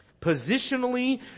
positionally